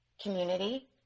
community